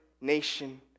nation